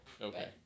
Okay